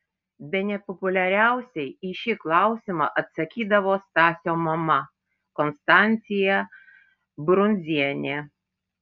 bene populiariausiai į šį klausimą atsakydavo stasio mama konstancija brundzienė